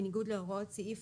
בניגוד להוראות סעיף